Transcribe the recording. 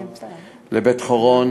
לבית-חורון,